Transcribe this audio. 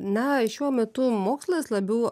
na šiuo metu mokslas labiau